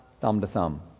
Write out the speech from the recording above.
thumb-to-thumb